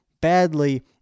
badly